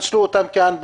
ניצלו אותם כאן,